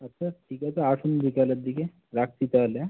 আচ্ছা ঠিক আছে আসুন বিকালের দিকে রাখছি তাহলে হ্যাঁ